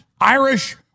Irish